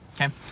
okay